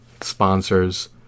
sponsors